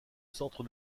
centre